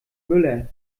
müller